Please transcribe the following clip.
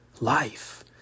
life